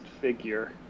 figure